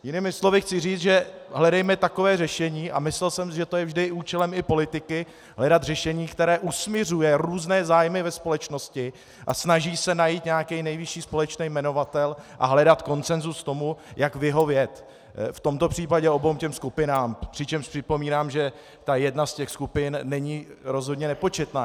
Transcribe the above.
Jinými slovy chci říct, hledejme takové řešení, a myslel jsem si, že to je vždy účelem i politiky, hledat řešení, které usmiřuje různé zájmy ve společnosti a snaží se najít nějaký nejvyšší společný jmenovatel a hledat konsenzus k tomu, jak vyhovět, v tomto případě oběma skupinám, přičemž připomínám, že ta jedna ze skupin není rozhodně nepočetná.